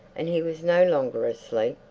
and he was no longer asleep.